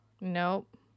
Nope